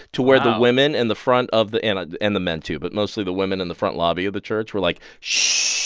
to where the women in and the front of the and and the men, too, but mostly the women in the front lobby of the church were, like, shh.